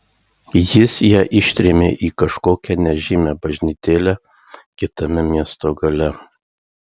jis ją ištrėmė į kažkokią nežymią bažnytėlę kitame miesto gale